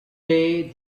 day